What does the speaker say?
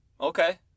Okay